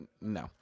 No